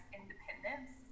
independence